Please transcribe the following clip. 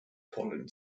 pollen